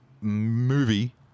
movie